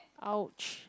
!ouch!